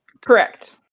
correct